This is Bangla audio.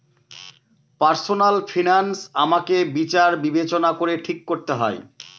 পার্সনাল ফিনান্স আমাকে বিচার বিবেচনা করে ঠিক করতে হয়